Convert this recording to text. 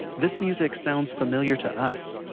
this music sounds familiar to us,